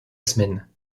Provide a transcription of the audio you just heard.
semaine